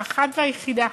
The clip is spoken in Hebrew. האחת והיחידה,